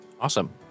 Awesome